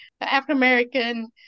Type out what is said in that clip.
African-American